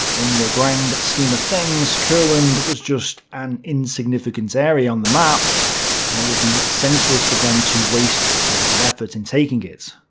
in the grand scheme of things, courland was just an insignificant area on the map and it would be senseless for them to waste a lot of effort in taking it.